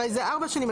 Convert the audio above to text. הרי זה ארבע שנים,